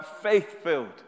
faith-filled